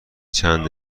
چند